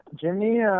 Jimmy